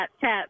tap